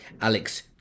Alex